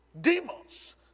demons